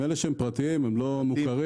גם העניין של גניבות כלי רכב,